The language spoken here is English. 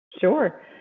Sure